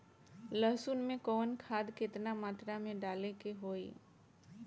लहसुन में कवन खाद केतना मात्रा में डाले के होई?